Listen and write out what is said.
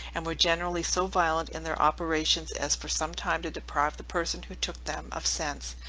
and were generally so violent in their operations as for some time to deprive the person who took them, of sense,